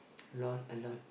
a lot a lot